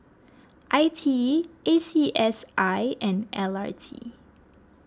I T E A C S I and L R T